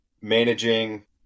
managing